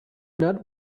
not